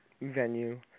venue